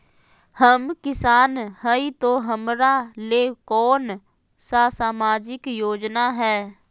हम किसान हई तो हमरा ले कोन सा सामाजिक योजना है?